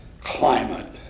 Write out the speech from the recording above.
climate